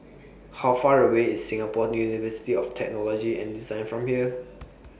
How Far away IS Singapore University of Technology and Design from here